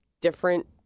different